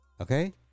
Okay